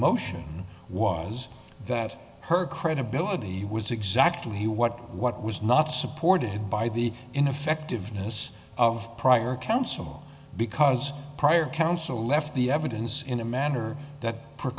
motion was that her credibility was exactly what what was not supported by the ineffectiveness of prior counsel because prior counsel left the evidence in a manner that